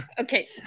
Okay